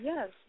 Yes